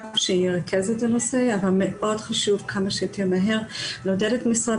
שירכז את הנושא אבל מאוד חשוב כמה שיותר מהר לעודד את משרד